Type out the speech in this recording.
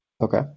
Okay